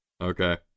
Okay